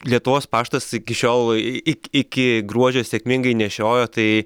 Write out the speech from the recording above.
lietuvos paštas iki šiol ii ik iki gruodžio sėkmingai nešiojo tai